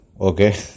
okay